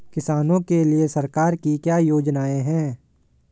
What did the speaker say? किसानों के लिए सरकार की क्या योजनाएं हैं?